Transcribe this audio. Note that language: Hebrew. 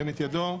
ירים את ידו.